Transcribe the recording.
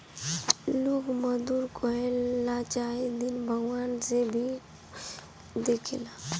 लोग मजदूर कहके चाहे हीन भावना से भी देखेला